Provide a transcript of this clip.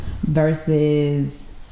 Versus